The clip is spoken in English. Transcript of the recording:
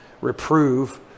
reprove